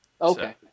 Okay